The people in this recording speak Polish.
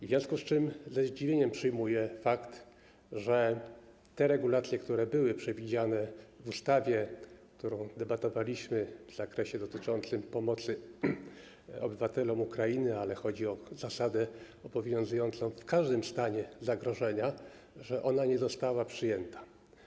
W związku z tym ze zdziwieniem przyjmuję fakt, że regulacje, które były przewidziane w ustawie, nad którą debatowaliśmy w zakresie dotyczącym pomocy obywatelom Ukrainy, ale chodzi o zasady obowiązujące w każdym stanie zagrożenia, nie zostały przyjęte.